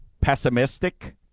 Pessimistic